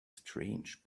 strange